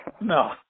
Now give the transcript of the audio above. No